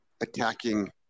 attacking